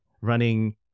running